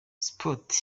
sports